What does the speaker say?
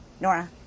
Nora